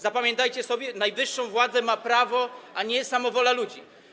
Zapamiętajcie sobie: najwyższą władzę ma prawo, a nie samowola ludzi.